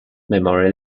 memory